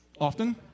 often